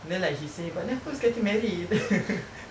then like he say but then who's getting married